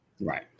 Right